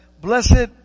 Blessed